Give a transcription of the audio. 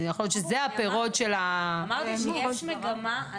יכול להיות שאלה הפירות של --- אמרתי שיש מגמה.